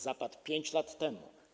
Zapadł 5 lat temu.